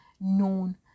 known